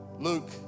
Luke